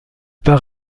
par